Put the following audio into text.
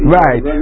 right